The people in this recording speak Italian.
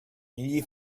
gli